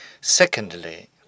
Secondly